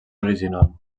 original